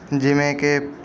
ਜਿਵੇਂ ਕਿ